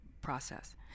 process